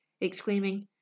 exclaiming